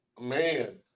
man